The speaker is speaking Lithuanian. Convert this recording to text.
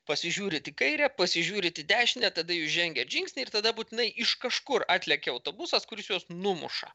pasižiūrit į kairę pasižiūrit į dešinę tada jūs žengiat žingsnį ir tada būtinai iš kažkur atlekia autobusas kuris juos numuša